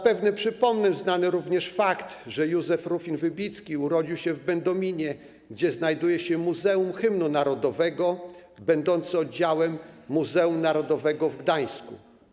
Przypomnę zapewne również znany fakt, że Józef Rufin Wybicki urodził się w Będominie, gdzie znajduje się Muzeum Hymnu Narodowego, będące oddziałem Muzeum Narodowego w Gdańsku.